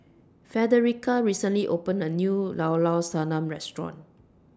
Frederica recently opened A New Llao Llao Sanum Restaurant